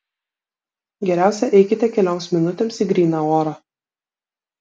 geriausia eikite kelioms minutėms į gryną orą